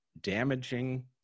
damaging